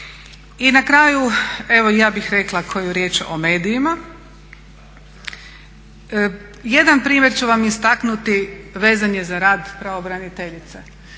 I na kraju, evo i ja bih rekla koju riječ o medijima. Jedan primjer ću vam istaknuti vezan je za rad pravobraniteljice,